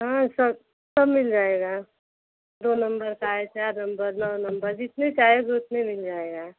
हँ स सब मिल जाएगा दो नम्बर साइज़ चार नम्बर नौ नम्बर जितने साइज़ उतने मिल जाएगा